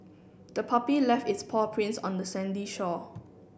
the puppy left its paw prints on the sandy shore